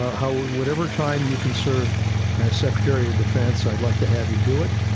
how whatever time you can serve as secretary of defense, i'd like to have you do it.